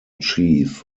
chief